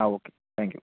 ആ okay thank you